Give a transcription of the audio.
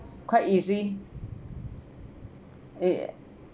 quite easy eh